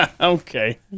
Okay